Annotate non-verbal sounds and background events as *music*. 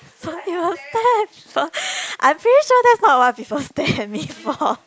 *laughs* I'm pretty sure that's not what people stare at me for *breath*